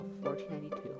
1492